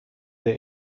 der